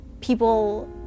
people